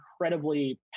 incredibly